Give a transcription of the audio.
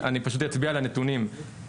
פשוט אצביע על הנתונים,